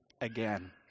again